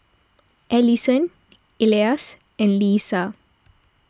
Allyson Elias and Leisa